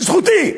זכותי.